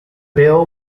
bill